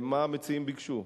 מה המציעים ביקשו?